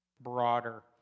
broader